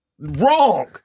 Wrong